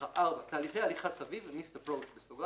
תהליכי הליכה סביב (Missed approach);